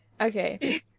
Okay